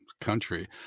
country